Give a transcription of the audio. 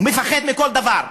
הוא מפחד מכל דבר.